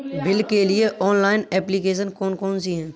Bill के लिए online application कौन कौन सी हैं?